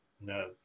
No